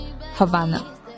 Havana